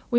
problem.